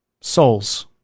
souls